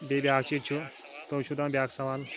بیٚیہِ بیٛاکھ چیٖز چھُ تُہۍ چھُو دَپان بیٛاکھ سَوال